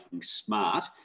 smart